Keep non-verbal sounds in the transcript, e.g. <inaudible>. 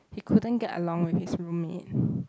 he couldn't get along with his roommate <breath>